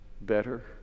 better